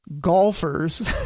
golfers